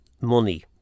money